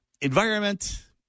Environment